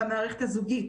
במערכת הזוגית.